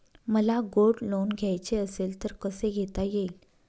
मला gold loan घ्यायचे असेल तर कसे घेता येईल?